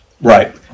Right